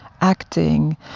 acting